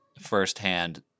firsthand